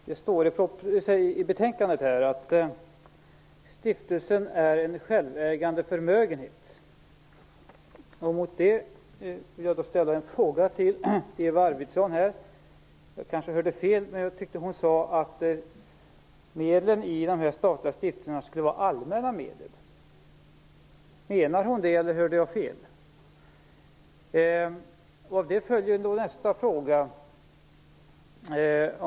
Herr talman! Det står i betänkandet att stiftelsen utgör en självständig förmögenhet. Mot bakgrund av det vill jag ställa en fråga till Eva Arvidsson. Jag kanske hörde fel, men jag tyckte att hon sade att medlen i dessa statliga stiftelser skulle vara allmänna medel. Menar hon det, eller hörde jag fel? Av det följer nästa fråga.